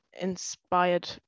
inspired